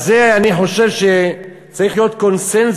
על זה אני חושב שצריך להיות קונסנזוס